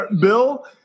Bill